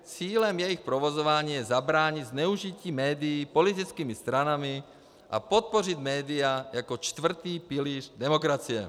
Cílem jejich provozování je zabránit zneužití médií politickými stranami a podpořit média jako čtvrtý pilíř demokracie.